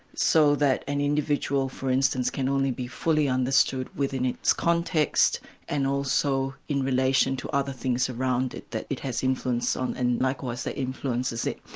so that an individual for instance, can only be fully understood within its context and also in relation to other things around it that it has influence on, and likewise that influences it.